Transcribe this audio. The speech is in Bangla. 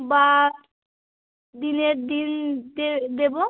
বা দিনের দিন দে দেবো